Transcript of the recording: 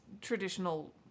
traditional